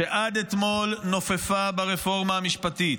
שעד אתמול נופפה ברפורמה המשפטית,